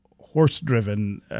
horse-driven